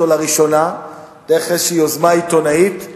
לראשונה דרך איזושהי יוזמה עיתונאית,